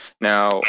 now